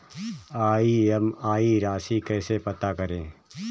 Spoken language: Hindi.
ई.एम.आई राशि कैसे पता करें?